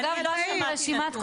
לימור סון הר מלך (עוצמה יהודית): אני לא שמעתי.